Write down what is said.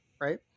right